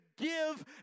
give